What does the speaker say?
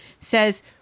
says